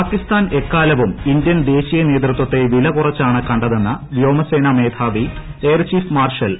പാകിസ്ഥാൻ എക്കാലവും ഇന്ത്യൻ ദേശീയ നേതൃത്വത്തെ വിലകുറച്ചാണ് കണ്ടതെന്ന് വ്യോമസേനാ മേധാവി എയർചീഫ് മാർഷൽ ബി